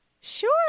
sure